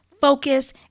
focus